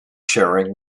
sharing